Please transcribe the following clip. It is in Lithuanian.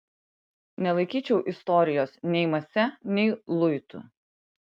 nelaikyčiau istorijos nei mase nei luitu